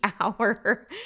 hour